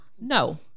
No